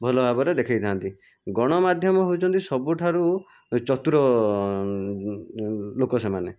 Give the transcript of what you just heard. ଭଲ ଭାବରେ ଦେଖାଇଥାନ୍ତି ଗଣମାଧ୍ୟମ ହେଉଛନ୍ତି ସବୁଠାରୁ ଚତୁର ଲୋକ ସେମାନେ